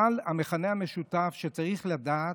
אבל המכנה המשותף שצריך לדעת,